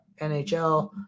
NHL